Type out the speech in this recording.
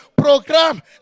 Program